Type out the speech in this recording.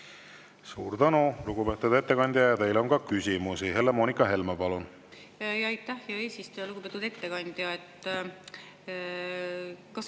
Suur tänu, lugupeetud ettekandja! Teile on ka küsimusi. Helle-Moonika Helme, palun!